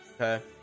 Okay